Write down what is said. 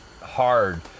hard